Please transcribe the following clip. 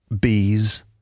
bees